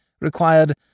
required